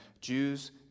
Jews